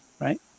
right